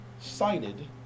cited